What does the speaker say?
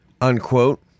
unquote